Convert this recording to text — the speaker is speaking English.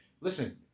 listen